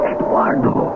Eduardo